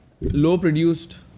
low-produced